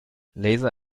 laser